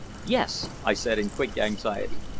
yes, i said in quick anxiety.